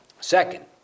Second